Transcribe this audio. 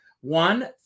one